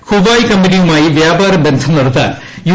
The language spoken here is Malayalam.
ഹുവായ് കമ്പ നിയുമായി വ്യാപാര ബന്ധം നടത്താൻ യു